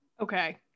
okay